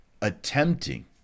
attempting